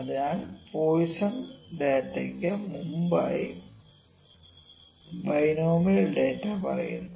അതിനാൽ പോയിസ്സോൻസ് ഡാറ്റാക്ക് മുമ്പായി ബൈനോമിയൽ ഡാറ്റ പറയുന്നു